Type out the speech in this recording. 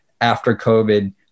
after-COVID